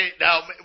Now